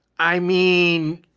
i mean,